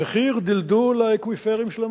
במחיר דלדול האקוויפרים של המים.